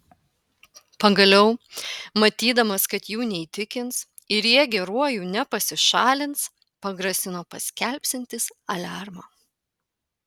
pagaliau matydamas kad jų neįtikins ir jie geruoju nepasišalins pagrasino paskelbsiantis aliarmą